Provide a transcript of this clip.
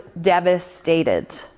devastated